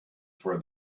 for